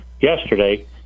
yesterday